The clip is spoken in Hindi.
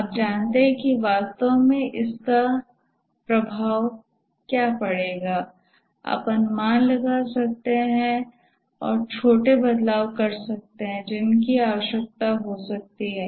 आप जानते हैं कि वास्तव में इसका क्या प्रभाव पड़ेगा और आप अनुमान लगा सकते हैं और छोटे बदलाव कर सकते हैं जिनकी आवश्यकता हो सकती है